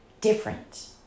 different